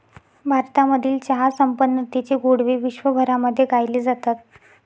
भारतामधील चहा संपन्नतेचे गोडवे विश्वभरामध्ये गायले जातात